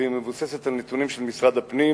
והיא מבוססת על נתונים של משרד הפנים,